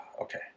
okay